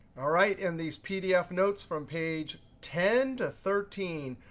all right, in these pdf notes from page ten to thirteen,